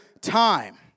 time